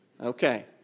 Okay